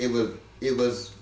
it was it was